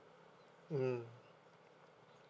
mm